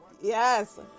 Yes